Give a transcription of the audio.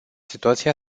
situația